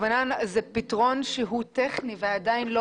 הכוונה היא שזה פתרון טכני ועדיין לא